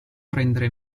prendere